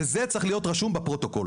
וזה צריך להיות רשום בפרוטוקול.